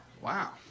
Wow